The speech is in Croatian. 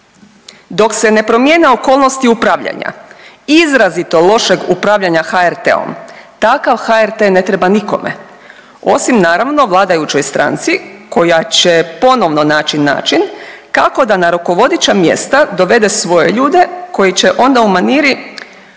Dok se ne promijene okolnosti upravljanja izrazito lošeg upravljanja HRT-om takav HRT ne treba nikome, osim naravno vladajućoj stranci koja će ponovno naći način kako da na rukovodeća mjesta dovede svoje ljude koji će onda u maniri dobrog